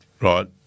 right